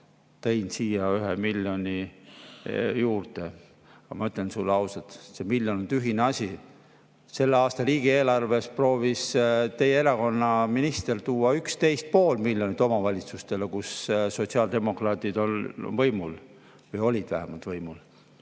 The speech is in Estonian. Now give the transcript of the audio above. tõin siia 1 miljoni juurde, aga ma ütlen sulle ausalt, see miljon on tühine asi. Selle aasta riigieelarves proovis teie erakonna minister tuua 11,5 miljonit omavalitsustele, kus sotsiaaldemokraadid on võimul või vähemalt olid võimul.